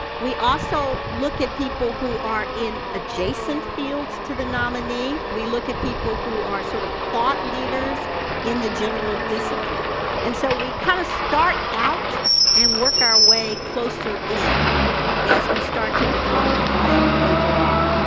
we also look at people who are in adjacent fields to the nominee, we look at people who are sort of thought-leaders in the general discipline and so we kind of start out and work our way closer in as we start to develop the file overall.